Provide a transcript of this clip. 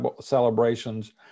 celebrations